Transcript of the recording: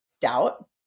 doubt